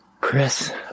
Chris